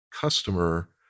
customer